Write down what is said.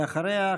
ואחריה,